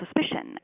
suspicion